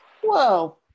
Whoa